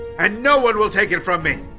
and no one will take it from me!